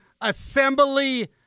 assembly